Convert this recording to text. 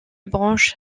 branche